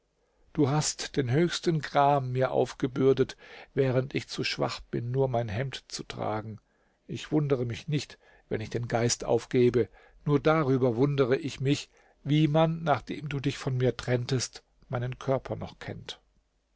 du hast den höchsten gram mir aufgebürdet während ich zu schwach bin nur mein hemd zu tragen ich wundere mich nicht wenn ich den geist aufgebe nur darüber wundere ich mich wie man nachdem du dich von mir trenntest meinen körper noch kennt